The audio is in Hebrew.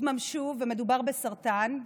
התממשו ומדובר בסרטן,